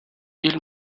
ils